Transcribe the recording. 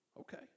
Okay